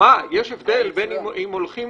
יש הבדל אם הולכים